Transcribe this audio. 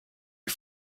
die